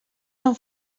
són